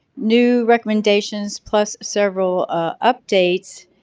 new recommendations plus several ah updates,